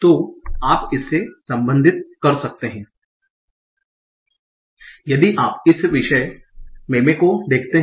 तो आप इससे संबंधित कर सकते हैं यदि आप इस विशेष मेमे को देखते हैं